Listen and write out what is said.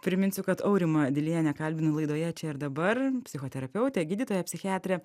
priminsiu kad aurimą dilienę kalbinu laidoje čia ir dabar psichoterapeutę gydytoją psichiatrę